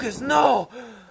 no